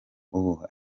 ubu